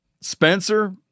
Spencer